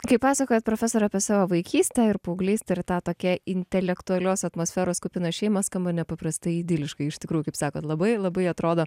kaip pasakojat profesore apie savo vaikystę ir paauglystę ir tą tokią intelektualios atmosferos kupiną šeimą skamba nepaprastai idiliškai iš tikrųjų kaip sakot labai labai atrodo